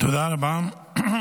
תודה רבה.